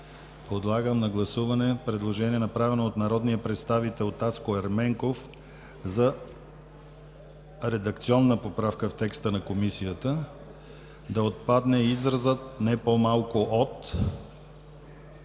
Подлагам на гласуване предложение, направено от народния представител Таско Ерменков, за редакционна поправка в текста на Комисията – да отпадне изразът „не по-малко от“,